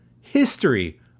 history